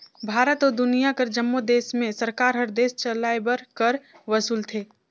भारत अउ दुनियां कर जम्मो देस में सरकार हर देस चलाए बर कर वसूलथे